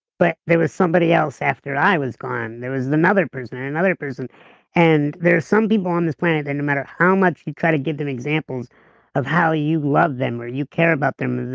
but there was somebody else after i was gone. there was another person, and another person and there's some people on this planet that no matter how much you try to give them examples of how you love them, or you care about them,